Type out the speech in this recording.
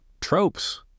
tropes